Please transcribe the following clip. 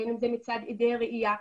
בין אם זה מצד עדי ראייה,